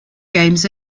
games